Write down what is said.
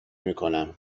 میکنم